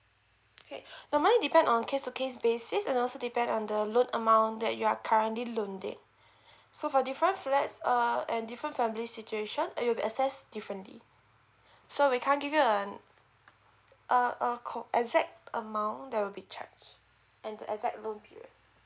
okay normally depend on case to case basis and also depend on the loan amount that you are currently loan it so for different flat and err different family situation uh we will access differently so we can't give you an um a a co~ exact amount that will be charged and the exact loan period